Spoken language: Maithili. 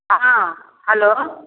हँ हलो